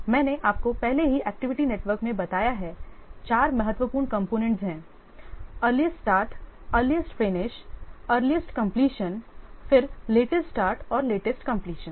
मैंने आपको पहले ही एक्टिविटी नेटवर्क में बताया है चार महत्वपूर्ण कंपोनेंट्स हैं अर्लीस्ट स्टार्ट अर्लीस्ट फिनिश या अर्लीस्ट कंप्लीशन फिर लेटेस्ट स्टार्ट और लेटेस्ट कंप्लीशन